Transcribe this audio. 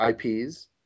IPs